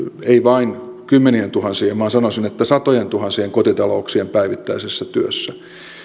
ei vain kymmenientuhansien vaan sanoisin että satojentuhansien kotitalouksien päivittäisessä työssä